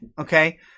okay